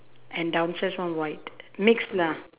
and downstairs one white mix lah